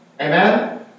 Amen